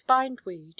bindweed